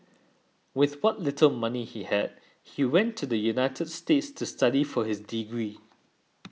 with what little money he had he went to the United States to study for his degree